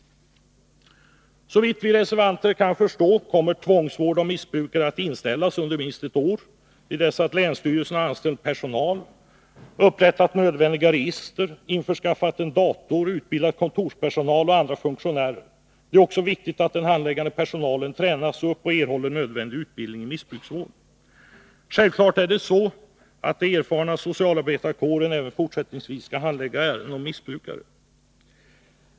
Såvitt vi kan förstå kommer tvångsvård av missbrukare att inställas under minst ett år, till dess att länsstyrelserna anställt personal, upprättat nödvändiga register, införskaffat en dator och utbildat kontorspersonal och andra funktionärer. Det är också viktigt att den handläggande personalen tränas upp och erhåller nödvändig utbildning i missbrukarvård. Självfallet är det så, att den erfarna socialarbetarkåren även fortsättningsvis skall handlägga ärenden om missbrukare.